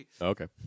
Okay